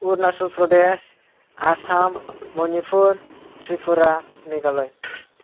Arunachal Pradesh Assam Manipur Tripura Meghalaya